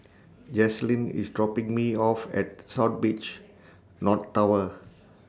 Jaclyn IS dropping Me off At South Beach North Tower